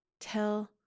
Tell